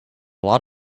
lot